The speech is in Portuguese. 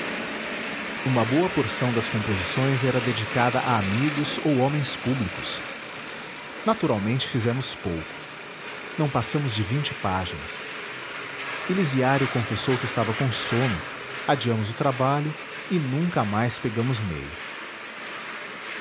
uma boa porção das composições era dedicada a amigos ou homens públicos naturalmente fizemos pouco não passamos de vinte páginas elisiário confessou que estava com sono adiamos o trabalho e nunca mais pegamos nele